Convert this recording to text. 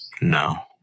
No